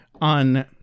on